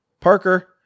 Parker